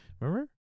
Remember